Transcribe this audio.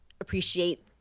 appreciate